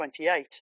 28